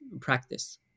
practice